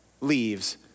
leaves